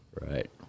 right